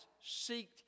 seek